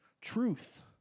truth